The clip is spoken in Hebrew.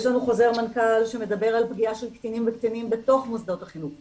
יש לנו חוזר מנכ"ל שמדבר על פגיעה של קטינים בתוך מוסדות החינוך.